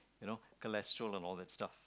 you know cholesterol and all that stuff